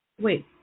Wait